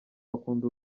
bakunda